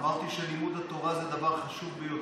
אמרתי שלימוד התורה זה דבר חשוב ביותר,